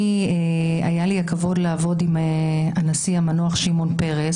היה לי הכבוד לעבוד עם הנשיא המנוח שמעון פרס,